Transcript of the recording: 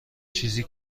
چیزی